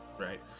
Right